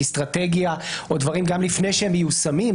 אסטרטגיה או דברים גם לפני שהם מיושמים.